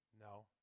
No